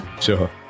Sure